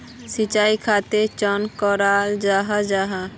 सिंचाई खेतोक चाँ कराल जाहा जाहा?